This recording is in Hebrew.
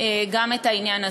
גם את העניין הזה.